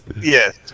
Yes